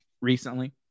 recently